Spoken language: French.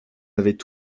avaient